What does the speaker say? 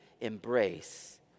embrace